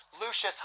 Lucius